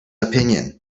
opinion